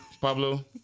Pablo